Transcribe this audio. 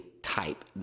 type